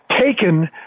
taken